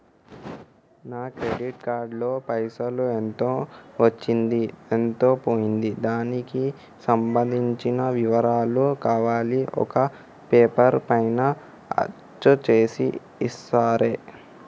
నా credit card లో పైసలు ఎంత వచ్చింది ఎంత పోయింది దానికి సంబంధించిన వివరాలు కావాలి ఒక పేపర్ పైన అచ్చు చేసి ఇస్తరా?